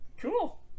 Cool